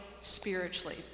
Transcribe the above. spiritually